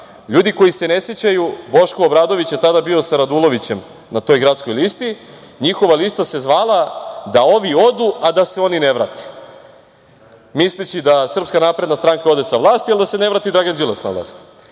Ljudi koji se ne sećaju, Boško Obradović je tada bio sa Radulovićem na toj gradskoj listi. Njihova lista se zvala „Da ovi odu, a da se oni ne vrate“, misleći da SNS ode sa vlasti, ali da se ne vrati Dragan Đilas na vlast.